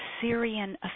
Syrian